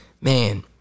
Man